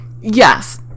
Yes